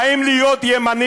יימח